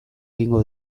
egingo